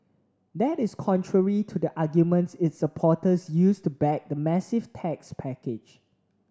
that is contrary to the arguments its supporters used to back the massive tax package